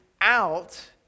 out